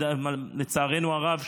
לצערנו הרב,